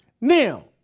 Now